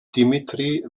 dimitri